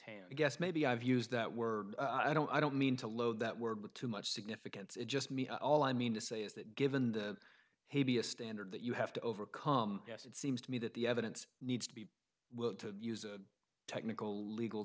hand i guess maybe i've used that word i don't i don't mean to load that word with too much significance it just me all i mean to say is that given the hey be a standard that you have to overcome yes it seems to me that the evidence needs to be willing to use a technical legal